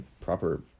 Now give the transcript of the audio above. proper